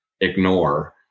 ignore